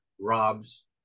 Rob's